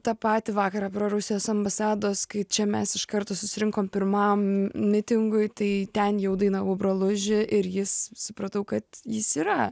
tą patį vakarą pro rusijos ambasados kai čia mes iš karto susirinkom pirmam mitingui tai ten jau dainavau broluži ir jis supratau kad jis yra